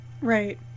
Right